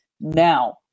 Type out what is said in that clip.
now